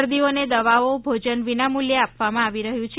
દર્દીઓને દવાઓ ભોજન પણ વિના મૂલ્યે આપવામાં આવી રહ્ય છે